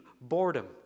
boredom